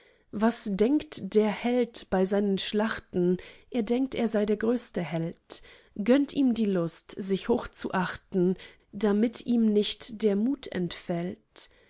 was denkt der held bei seinen schlachten er denkt er sei der größte held gönnt ihm die lust sich hochzuachten damit ihm nicht der mut entfällt